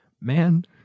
Man